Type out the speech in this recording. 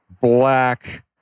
black